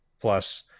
plus